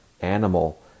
animal